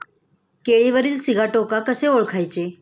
केळीवरील सिगाटोका कसे ओळखायचे?